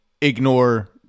ignore